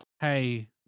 hey